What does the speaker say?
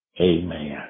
Amen